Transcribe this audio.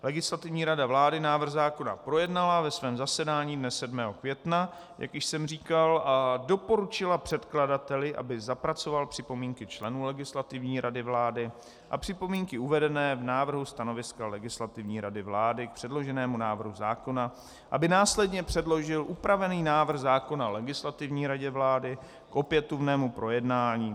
Legislativní rada vlády návrh zákona projednala na svém zasedání dne 7. května 2015, jak již jsem říkal, a doporučila předkladateli, aby zapracoval připomínky členů Legislativní rady vlády a připomínky uvedené v návrhu stanoviska Legislativní rady vlády k předloženému návrhu zákona, aby následně předložil upravený návrh zákona Legislativní radě vlády k opětovnému projednání.